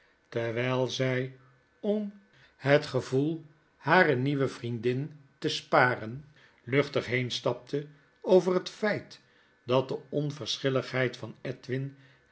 terwyl zy om het gevoel harer nieuwe vriendin te sparen luchtig heenstapte over het feit dat de onverschilligheid van edwin